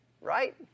right